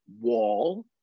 wall